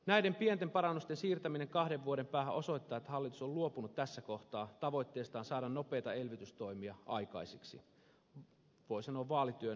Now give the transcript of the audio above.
näiden pienten parannusten siirtäminen kahden vuoden päähän osoittaa että hallitus on luopunut tässä kohtaa tavoitteestaan saada nopeita elvytystoimia aikaiseksi voi sanoa vaalityön vuoksi